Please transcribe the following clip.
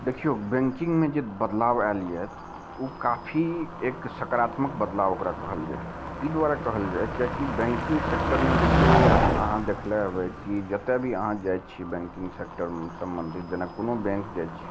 देखियौ बैंकिंगमे जे बदलाव आएल यए ओ काफी एक सकारात्मक बदलाव ओकरा कहल जाय ई दुआरे कहल जाय किएकि बैंकिंग सेक्टरमे देखियौ अहाँ देखने हेबै की जतए भी आहाँ जाइ छियै बैंकिंग सेक्टर सम्बन्धित जेना कोनो बैंक जाइ छियै